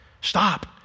Stop